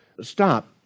stop